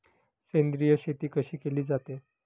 सेंद्रिय शेती कशी केली जाते?